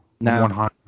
Now